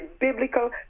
biblical